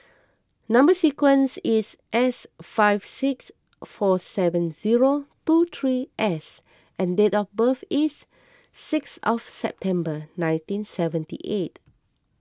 Number Sequence is S five six four seven zero two three S and date of birth is six of September nineteen seventy eight